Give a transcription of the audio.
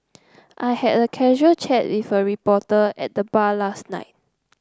I had a casual chat with a reporter at the bar last night